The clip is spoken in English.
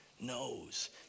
knows